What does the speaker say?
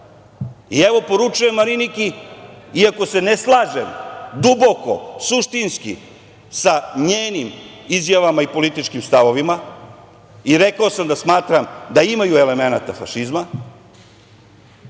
poručujem Mariniki, iako se ne slažem duboko, suštinski sa njenim izjavama i političkim stavovima, i rekao sam da smatram da imaju elemenata fašizma,